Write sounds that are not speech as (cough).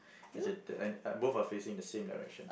(breath) okay uh both are facing the same direction